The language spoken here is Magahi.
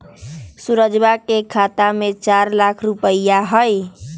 सुरजवा के खाता में चार लाख रुपइया हई